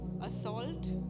assault